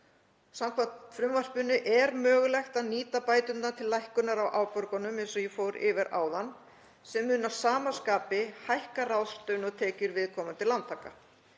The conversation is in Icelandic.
Samkvæmt frumvarpinu er mögulegt að nýta bæturnar til lækkunar á afborgunum, eins og ég fór yfir áðan, sem mun að sama skapi hækka ráðstöfunartekjur viðkomandi lántaka.